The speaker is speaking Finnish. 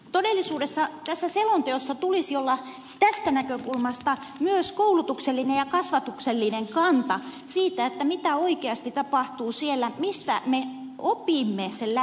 todellisuudessa tässä selonteossa tulisi olla tästä näkökulmasta myös koulutuksellinen ja kasvatuksellinen kanta siitä mitä oikeasti tapahtuu siellä mistä me opimme sen lähiruuan käytön